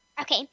Okay